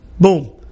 boom